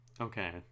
Okay